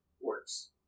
works